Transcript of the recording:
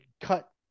cut